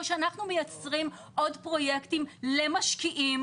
שאנחנו מייצרים עוד פרויקטים למשקיעים,